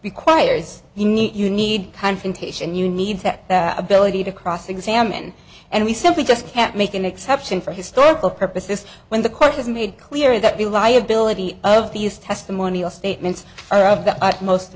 be quires the need you need confrontation you need to ability to cross examine and we simply just can't make an exception for historical purposes when the court has made clear that reliability of these testimonial statements are of the utmost